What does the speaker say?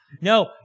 No